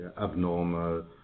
abnormal